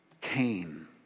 Cain